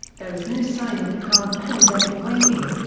there is no sign of the current pandemic waning,